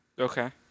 okay